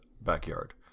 backyard